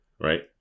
right